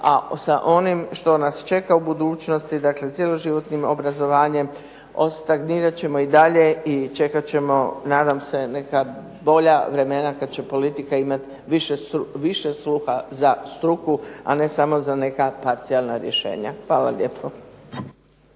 a sa onim što nas čeka u budućnosti, dakle cjeloživotnim obrazovanjem stagnirat ćemo i dalje i čekat ćemo nadam se neka bolja vremena kad će politika imat više sluha za struku, a ne samo za neka parcijalna rješenja. Hvala lijepo.